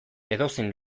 edozein